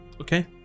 Okay